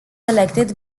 elected